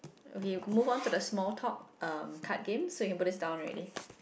okay go move on to the small talk um card games so you can put this down already